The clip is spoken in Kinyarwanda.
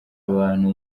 abantu